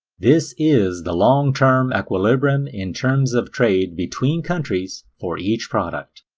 this is the long-term equilibrium in terms of trade between countries for each product.